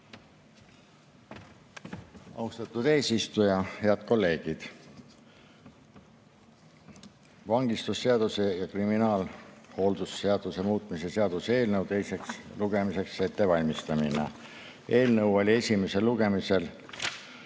Austatud eesistuja! Head kolleegid! Vangistusseaduse ja kriminaalhooldusseaduse muutmise seaduse eelnõu teiseks lugemiseks ettevalmistamine. Eelnõu oli esimesel lugemisel